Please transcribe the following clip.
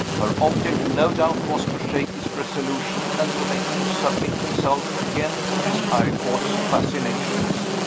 her object, no doubt, was to shake his resolution, and to make him submit himself again to miss eyrecourt's fascinations.